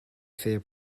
fair